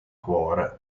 cuore